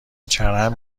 چرند